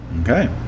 Okay